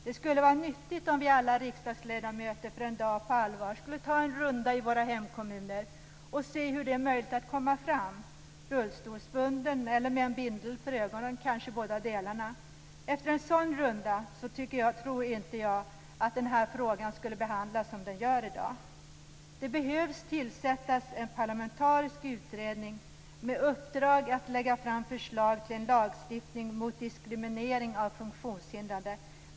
Det skulle vara nyttigt om vi riksdagsledamöter en dag på allvar skulle ta en runda i våra hemkommuner och se hur det är möjligt att komma fram rullstolsbunden eller med en bindel för ögonen, eller kanske båda delarna. Efter en sådan runda tror jag inte att den här frågan skulle behandlas som den görs i dag. Det behövs tillsättas en parlamentarisk utredning med uppdrag att lägga fram förslag till en lagstiftning mot diskriminering av funktionshindrade.